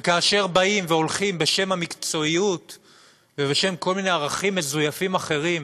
וכאשר באים והולכים בשם המקצועיות ובשם כל מיני ערכים מזויפים אחרים